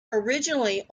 originally